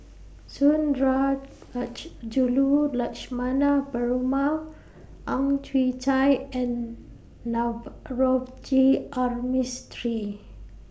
Sundarajulu Lakshmana Perumal Ang Chwee Chai and Navroji R Mistri